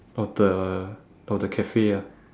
of the of the cafe ah